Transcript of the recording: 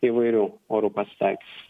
įvairių oru pasitaikys